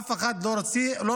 אף אחד לא רוצה